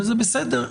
וזה בסדר,